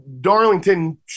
Darlington